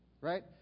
right